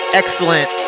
excellent